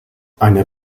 einer